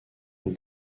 une